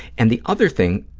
and the other thing,